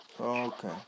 Okay